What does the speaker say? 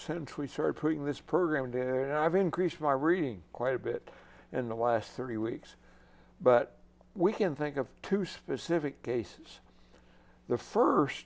sentry sort of putting this program in there and i've increased my reading quite a bit in the last three weeks but we can think of two specific cases the first